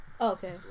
Okay